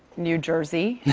new jersey.